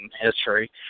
history